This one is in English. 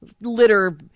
litter